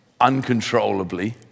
uncontrollably